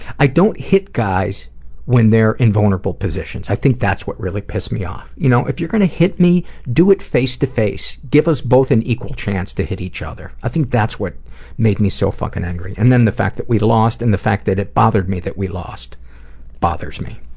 i don't hit guys when they're in vulnerable positions. i think that's what really pissed me off. you know if you're going to hit me, do it face to face. give us both an equal chance to hit other. i think that's what made me so fucking angry, and then the fact that we lost and the fact that it bothered me that we lost. it bothers me.